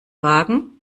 wagen